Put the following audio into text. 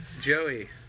Joey